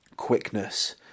Quickness